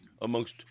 amongst